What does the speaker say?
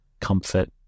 comfort